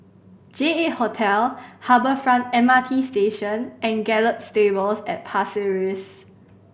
J Eight Hotel Harbour Front M R T Station and Gallop Stables at Pasir Ris